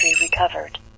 recovered